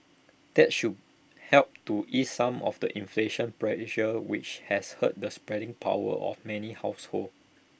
that should help to ease some of the inflation pressure which has hurt the spending power of many households